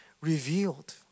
revealed